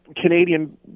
Canadian